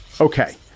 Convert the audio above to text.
okay